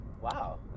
Wow